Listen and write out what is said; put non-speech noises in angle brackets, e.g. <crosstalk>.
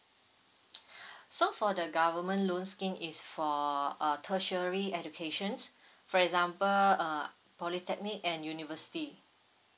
<breath> so for the government loan scheme is for uh tertiary educations for example uh polytechnic and university